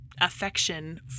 affection